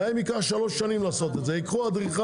ייקח להם שלוש שנים לעשות את זה ייקחו אדריכל,